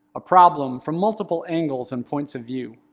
a problem from multiple angles and points of view,